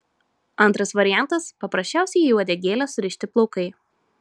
antras variantas paprasčiausiai į uodegėlę surišti plaukai